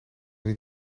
niet